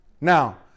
Now